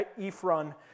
Ephron